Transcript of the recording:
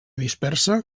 dispersa